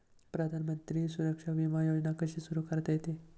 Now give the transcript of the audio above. प्रधानमंत्री सुरक्षा विमा योजना कशी सुरू करता येते?